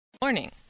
morning